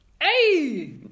Hey